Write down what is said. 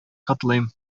котлыйм